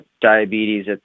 diabetes